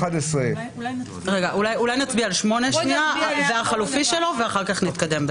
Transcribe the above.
אולי נצביע על 8 והחלופי שלו ואחר כך נתקדם.